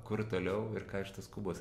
kur toliau ir ką iš tos kubos